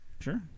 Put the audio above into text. sure